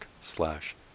slash